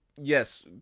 yes